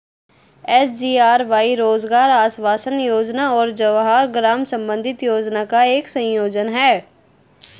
SGRY रोजगार आश्वासन योजना और जवाहर ग्राम समृद्धि योजना का एक संयोजन है